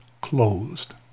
closed